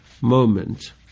moment